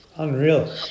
Unreal